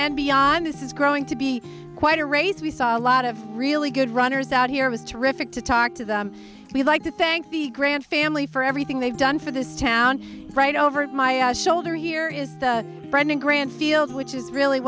and beyond this is growing to be quite a race we saw a lot of really good runners out here was terrific to talk to them we like to thank the grant family for everything they've done for this town right over my shoulder here is the grand field which is really